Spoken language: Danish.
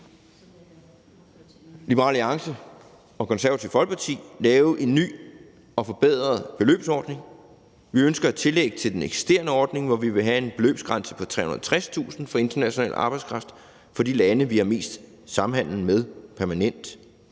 Liberal Alliance og Det Konservative Folkeparti lave en ny og forbedret beløbsordning. Vi ønsker et tillæg til den eksisterende ordning og vil have en beløbsgrænse på 360.000 kr. for international arbejdskraft fra de lande, som vi har mest samhandel med, permanent.